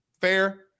Fair